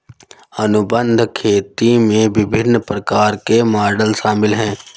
अनुबंध खेती में विभिन्न प्रकार के मॉडल शामिल हैं